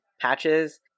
Patches